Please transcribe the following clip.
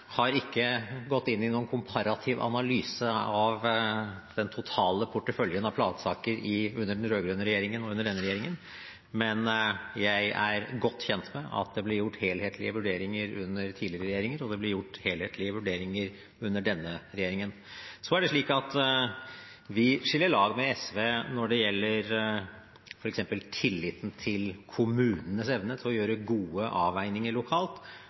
har ikke gått inn i noen komparativ analyse av den totale porteføljen av plansaker under den rød-grønne regjeringen og under denne regjeringen, men jeg er godt kjent med at det ble gjort helhetlige vurderinger under tidligere regjeringer, og det blir gjort helhetlige vurderinger under denne regjeringen. Så er det slik at vi skiller lag med SV når det gjelder f.eks. tilliten til kommunene og deres evne til å gjøre gode avveininger lokalt,